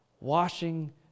washing